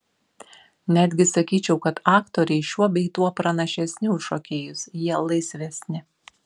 netgi sakyčiau kad aktoriai šiuo bei tuo pranašesni už šokėjus jie laisvesni